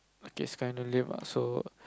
okay it's kind of lame ah so